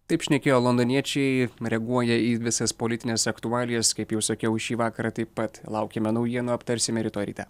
taip šnekėjo londoniečiai reaguoja į visas politines aktualijas kaip jau sakiau šį vakarą taip pat laukiame naujienų aptarsime rytoj ryte